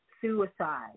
suicide